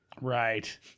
Right